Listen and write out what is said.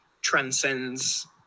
transcends